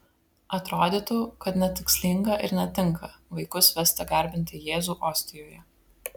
atrodytų kad netikslinga ir netinka vaikus vesti garbinti jėzų ostijoje